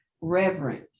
reverence